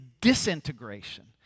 disintegration